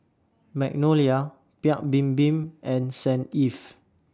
Magnolia Paik's Bibim and Saint Ives